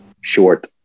short